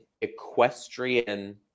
equestrian